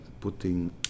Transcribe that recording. putting